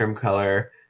color